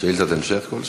שאילתת המשך כלשהי?